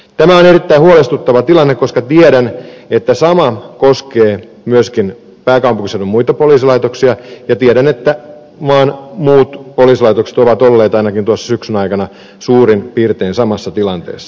tämä on erittäin huolestuttava tilanne koska tiedän että sama koskee myöskin pääkaupunkiseudun muita poliisilaitoksia ja tiedän että maan muut poliisilaitokset ovat olleet ainakin syksyn aikana suurin piirtein samassa tilanteessa